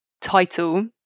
title